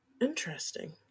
Interesting